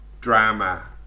drama